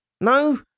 No